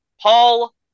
Paul